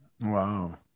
Wow